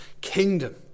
kingdom